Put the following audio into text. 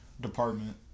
Department